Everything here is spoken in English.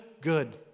Good